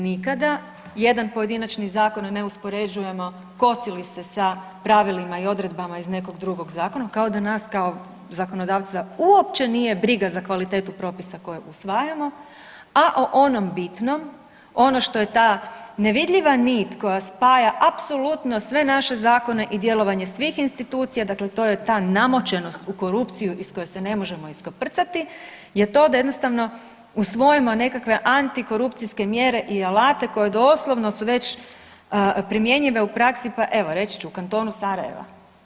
Nikada jedan pojedinačni zakon ne uspoređujemo kosi li se da pravilima i odredbama iz nekog drugog zakona, kao da nas kao zakonodavca uopće nije briga za kvalitetu propisa koji usvajamo, a o onom bitnom, ono što je ta nevidljiva nit koja spaja apsolutno sve naše zakone i djelovanje svih institucija, dakle to je ta namočenost u korupciju iz koje se ne može iskoprcati jer to da jednostavno usvojimo nekakve antikorupcijske mjere i alate koje doslovno su već primjenjive u praksi, pa evo reći ću, u kantonu Sarajeva.